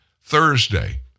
Thursday